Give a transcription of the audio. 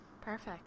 Perfect